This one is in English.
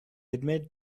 admit